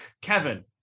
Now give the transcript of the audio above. Kevin